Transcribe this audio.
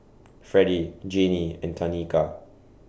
Fredie Janey and Tanika